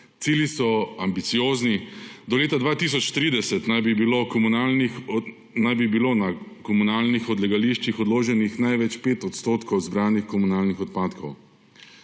Cilji so ambiciozni. Do leta 2030 naj bi bilo na komunalnih odlagališčih odloženih največ 5 odstotkov zbranih komunalnih odpadkov.